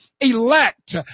elect